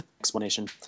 Explanation